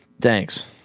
thanks